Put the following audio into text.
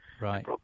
Right